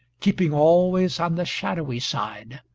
keeping always on the shadowy side,